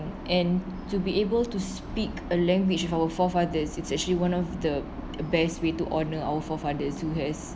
and to be able to speak a language with our forefathers it's actually one of the best way to honour our forefathers who has